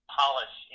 polish